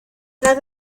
las